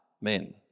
men